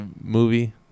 movie